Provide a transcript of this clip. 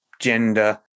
gender